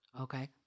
Okay